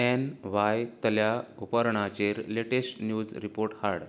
ऍनव्हायतल्या अपहरणाचेर latest news report हाड